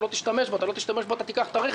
אתה לא תשתמש בו; אתה לא תשתמש בו אתה תיקח את הרכב,